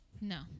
No